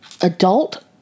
adult